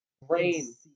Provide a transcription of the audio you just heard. rain